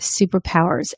superpowers